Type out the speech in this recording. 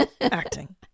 Acting